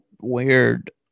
weird